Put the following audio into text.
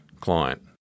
client